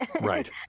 Right